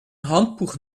handbuch